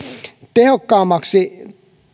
tehokkaammaksi